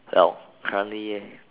well currently